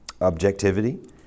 objectivity